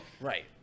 Right